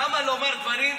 למה לומר דברים?